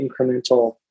incremental